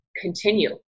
continue